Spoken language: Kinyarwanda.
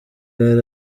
yari